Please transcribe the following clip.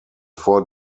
four